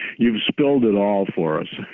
you've spilled it all for us.